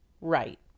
Right